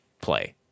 play